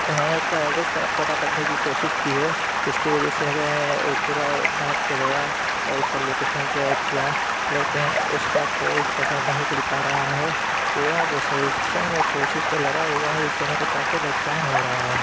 میں نے اس کا ایڈریس پتہ کرنے کی کوشش کی ہے جس کی وجہ سے میں پورا میپ پہ گیا اور اس کا لوکیشن ٹریک کیا لیکن اس کا کوئی خبر نہیں مل پا رہا ہے پورا مسلسل میں کوشش میں لگا ہوا ہوں جس سے میرا کافی نقصان ہو رہا ہے